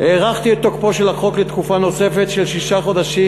הארכתי את תוקפו של החוק לתקופה נוספת של שישה חודשים,